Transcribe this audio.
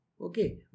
Okay